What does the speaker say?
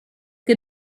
che